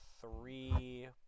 Three